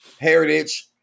heritage